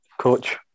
coach